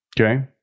Okay